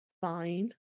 fine